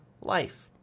life